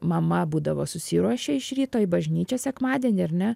mama būdavo susiruošia iš ryto į bažnyčią sekmadienį ar ne